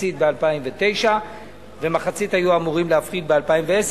מחצית ב-2009 ומחצית היו אמורים להפחית ב-2010.